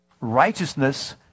righteousness